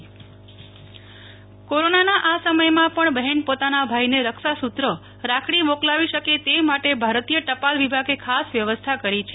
Nehal Thakkar post વિભાગ કોરોનના આ સમયમાં પણ બહેન પોતાના ભાઈને રક્ષાસુ ઋરાખડી મોકલાવી શકે તે માટે ભારતીય ટપાલ વિભાગે ખાસ વ્યવસ્થા કરી છે